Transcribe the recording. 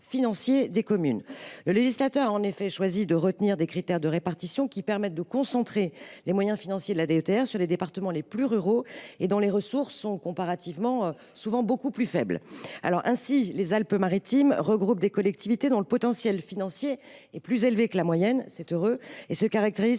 des communes. Le législateur a, en effet, choisi de retenir des critères de répartition qui permettent de concentrer les moyens financiers de la DETR sur les départements les plus ruraux, dont les ressources sont comparativement souvent beaucoup plus faibles. Ainsi, et c’est heureux, les Alpes Maritimes regroupent des collectivités au potentiel financier plus élevé que la moyenne, qui se caractérisent